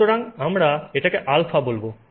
সুতরাং আমরা এটাকে α বলবো